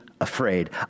afraid